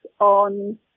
on